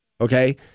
okay